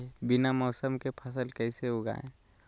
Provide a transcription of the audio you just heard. बिना मौसम के फसल कैसे उगाएं?